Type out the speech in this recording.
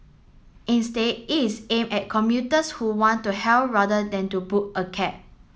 instead it is aimed at commuters who want to hail rather than book a cab